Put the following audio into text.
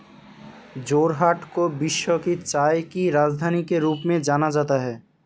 जोरहाट को विश्व की चाय की राजधानी के रूप में जाना जाता है